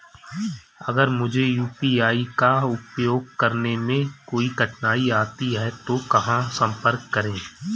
अगर मुझे यू.पी.आई का उपयोग करने में कोई कठिनाई आती है तो कहां संपर्क करें?